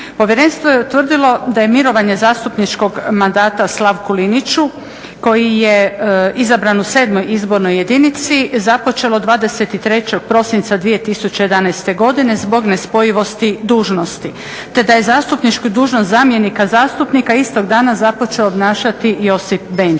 Povjerenstvo je utvrdilo da je mirovanje zastupničkom mandata Slavku Liniću koji je izabran u 7 izbornoj jedinici započelo 23. prosinca 2011. godine zbog nespojivosti dužnosti, te da je zastupničku dužnost zamjenika zastupnika istog dana započeo obnašati Josip Benčić.